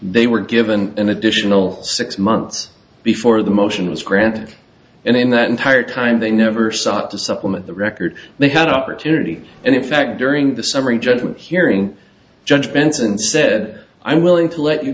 they were given an additional six months before the motions granted and in that entire time they never sought to supplement the record they had opportunity and in fact during the summary judgment hearing judge benson said i'm willing to let you